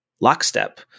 Lockstep